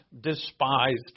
despised